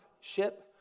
ship